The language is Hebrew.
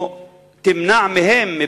או תמנע מהם,